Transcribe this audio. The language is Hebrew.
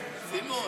שקלים.